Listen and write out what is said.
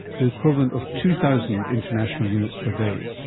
the equivalent of two thousand international units per day.